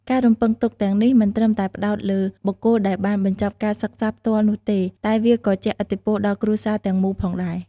ការរំពឹងទុកទាំងនេះមិនត្រឹមតែផ្តោតលើបុគ្គលដែលបានបញ្ចប់ការសិក្សាផ្ទាល់នោះទេ តែវាក៏ជះឥទ្ធិពលដល់គ្រួសារទាំងមូលផងដែរ។